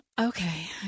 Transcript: Okay